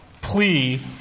plea